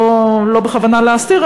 לא בכוונה להסתיר,